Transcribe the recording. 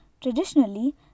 Traditionally